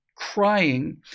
crying